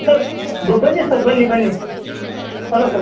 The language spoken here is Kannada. ಸರ್ ಬನ್ನಿ ಸರ್ ಬನ್ನಿ ಬನ್ನಿ ಹಲೋ ಸರ್